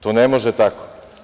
To ne može tako.